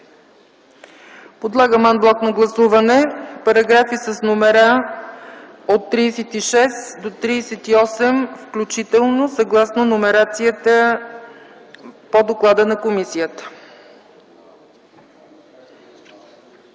Подлагам ан блок на гласуване параграфи с номера от 36 до 38 включително, съгласно номерацията по доклада на комисията.